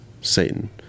Satan